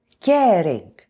Caring